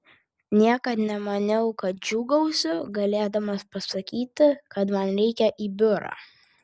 niekad nemaniau kad džiūgausiu galėdamas pasakyti kad man reikia į biurą